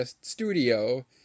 studio